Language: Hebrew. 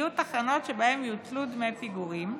יהיו תחנות שבהן יוטלו דמי פיגורים,